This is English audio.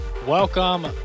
Welcome